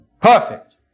Perfect